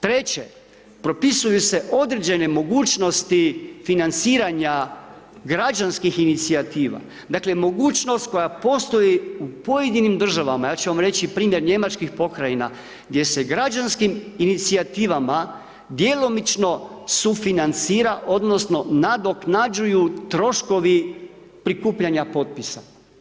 Treće, propisuju se određene mogućnosti financiranja građanskih inicijativa, dakle, mogućnost koja postoji u pojedinim državama, ja ću vam reći primjer njemačkih pokrajina gdje se građanskim inicijativama djelomično sufinancira odnosno nadoknađuju troškovi prikupljanja potpisa.